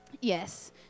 Yes